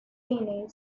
tennessee